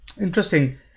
Interesting